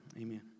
Amen